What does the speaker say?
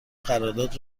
قرارداد